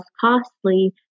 costly